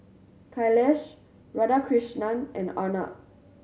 Kailash Radhakrishnan and Arnab